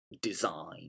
design